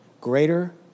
greater